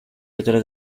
otras